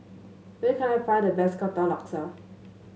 where can I find the best Katong Laksa